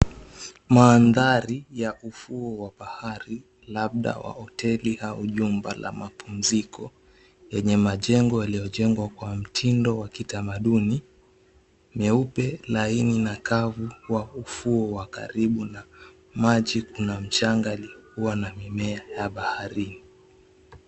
Mandhari ya ufuo wa bahari labda wa hoteli au jumba la mapumziko yenye majengo yaliyojengwa kwa mtindo wa kitamaduni, meupe laini na kavu wa ufuo wa karibu na maji kuna mchanga ilikuwa na mimea ya baharini.